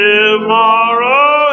Tomorrow